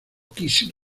kiss